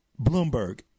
Bloomberg